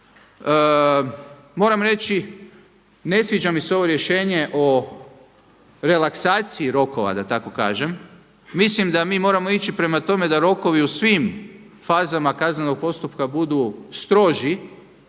Moram reći ne sviđa mi se ovo rješenje o relaksaciji rokova da tako kažem. Mislim da mi moramo ići prema tome da rokovi u svim fazama kaznenog postupka budu stroži,